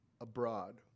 abroad